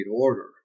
order